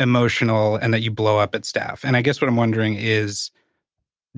emotional and that you blow up at staff. and i guess what i'm wondering is